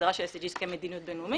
ההגדרה של ה- SDGsכמדיניות בין-לאומית,